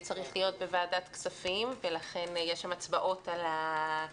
צריך להיות בוועדת כספים - יש שם הצבעות על המענקים.